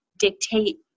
dictate